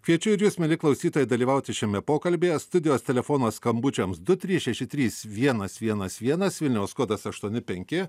kviečiu ir jus mieli klausytojai dalyvauti šiame pokalbyje studijos telefono skambučiams du trys šeši trys vienas vienas vienas vilniaus kodas aštuoni penki